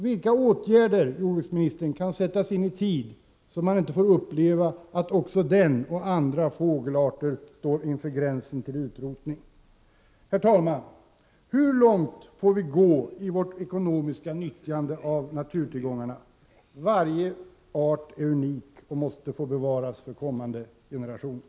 Vilka åtgärder, herr jordbruksminister, kan sättas in i tid, så att man inte får uppleva att också den mindre hackspetten och andra fågelarter står inför gränsen till utrotning? Herr talman! Hur långt får vi gå i vårt ekonomiska nyttjande av naturtillgångarna? Varje art är unik och måste bevaras för kommande generationer.